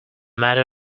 matter